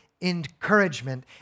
encouragement